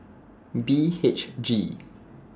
B H G